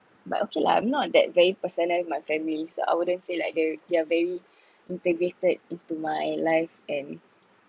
but okay lah I'm not that very personal with my family I wouldn't say like th~ they are very integrated into my life and